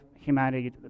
humanity